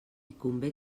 convé